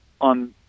on